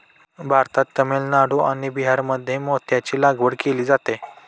भारतात तामिळनाडू आणि बिहारमध्ये मोत्यांची लागवड केली जाते